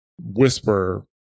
whisper